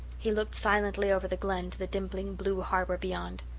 he looked silently over the glen to the dimpling blue harbour beyond.